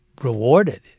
rewarded